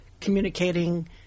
communicating